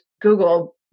Google